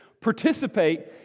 participate